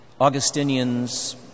Augustinians